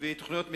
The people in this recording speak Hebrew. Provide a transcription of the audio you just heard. ותוכניות מיתאר,